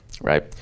right